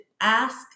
ask